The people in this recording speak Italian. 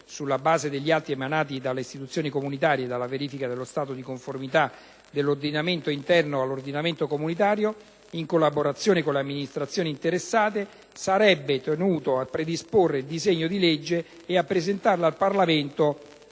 sulla base degli atti emanati dalle istituzioni comunitarie e della verifica dello stato di conformità dell'ordinamento interno a quello comunitario, in collaborazione con le amministrazioni interessate, sarebbe tenuto a predisporre il disegno di legge e a presentarlo al Parlamento